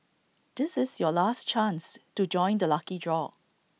this is your last chance to join the lucky draw